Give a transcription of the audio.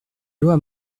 loi